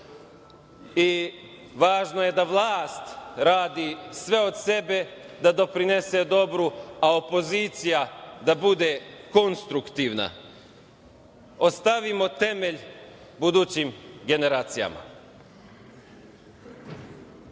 i važno je da vlast radi sve od sebe da doprinese dobru, a opozicija da bude konstruktivna. Ostavimo temelj budućim generacijama.